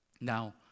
Now